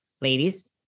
ladies